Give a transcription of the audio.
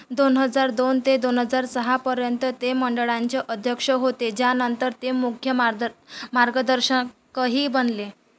दोन हजार दोन ते दोन हजार सहापर्यंत ते मंडळांचे अध्यक्ष होते ज्यानंतर ते मुख्य मार्गदर मार्गदर्शकही बनले